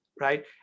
right